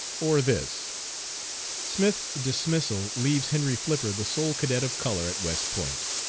or this smith's dismissal leaves henry flipper the sole cadet of color at west point.